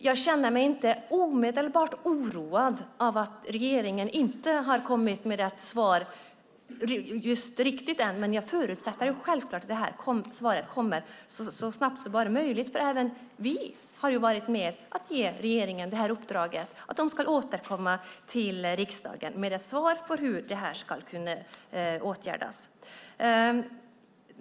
Jag känner mig inte omedelbart oroad över att regeringen inte har kommit med ett svar riktigt än, men jag förutsätter självklart att svaret kommer så snabbt som bara möjligt. Även vi har varit med om att ge regeringen uppdraget att återkomma till riksdagen med ett svar på hur det ska åtgärdas.